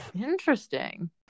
Interesting